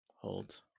Hold